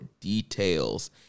details